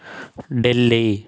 Delhi